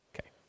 Okay